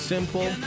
Simple